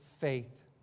faith